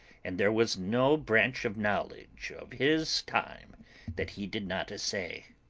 and there was no branch of knowledge of his time that he did not essay.